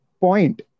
point